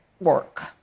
work